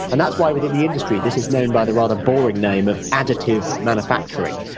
and that's why within the industry this is known by the rather boring name of additive manufacturing.